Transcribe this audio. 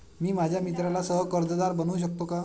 मी माझ्या मित्राला सह कर्जदार बनवू शकतो का?